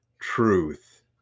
truth